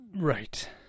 Right